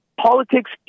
Politics